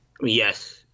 yes